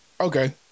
okay